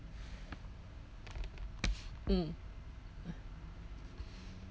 mm